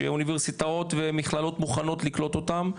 שאוניברסיטאות ומכללות מוכנות לקלוט אותם,